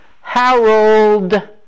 Harold